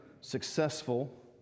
successful